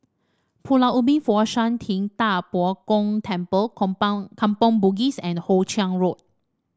Pulau Ubin Fo Shan Ting Da Bo Gong Temple Kampong Bugis and Hoe Chiang Road